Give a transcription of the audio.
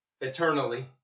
eternally